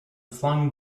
flung